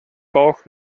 bauch